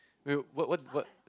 will what what what